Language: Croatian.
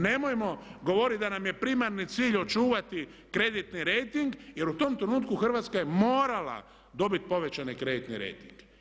Nemojmo govoriti da nam je primarni cilj očuvati kreditni rejting jer u tom trenutku Hrvatska je morala dobiti povećani kreditni rejting.